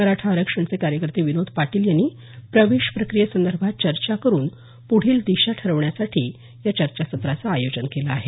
मराठा आरक्षणचे कार्यकर्ते विनोद पाटील यांनी प्रवेशप्रक्रियेसंदर्भात चर्चा करून पुढील दिशा या चर्चासत्राचं आयोजन केलं आहे